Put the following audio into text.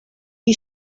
you